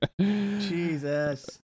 jesus